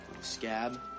Scab